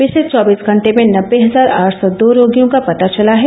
पिछले चौबीस घंटे में नबे हजार आठ सौ दो रोगियों का पता चला है